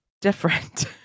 different